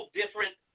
different